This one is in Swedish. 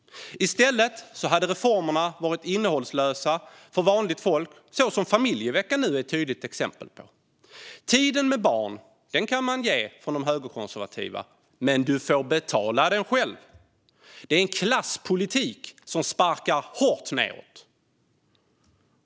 I stället hade reformerna varit innehållslösa för vanligt folk, något som familjeveckan nu är ett tydligt exempel på. Tid med barnen kan man ge från de högerkonservativa, men du får betala den själv. Det är en klasspolitik som sparkar hårt nedåt.